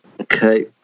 Okay